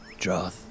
Droth